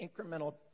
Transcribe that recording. incremental